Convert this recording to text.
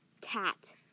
cat